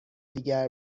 دیگر